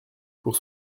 pour